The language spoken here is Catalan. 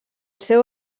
seu